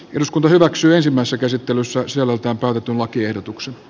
eduskunta hyväksyy ensimmäistä käsittelyssä sävel tapahtuma kiedotuksi